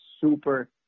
super